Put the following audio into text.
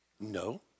No